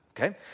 okay